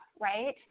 right